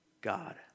God